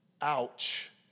Ouch